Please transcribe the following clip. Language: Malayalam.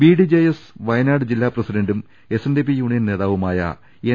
ബിഡിജെഎസ് വയനാട് ജില്ലാ പ്രസിഡന്റും എസ്എൻഡിപി യൂണിയൻ നേതാവുമായ എൻ